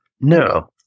No